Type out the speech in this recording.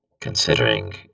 considering